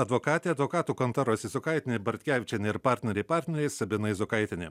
advokatė advokatų kontoros jasiukaitienė bartkevičienė ir partneriai partnerė sabina izokaitienė